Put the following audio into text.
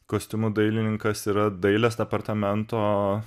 kostiumų dailininkas yra dailės departamento